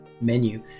menu